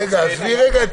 עזבי רגע את